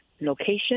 location